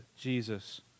Jesus